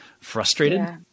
frustrated